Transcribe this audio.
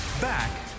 Back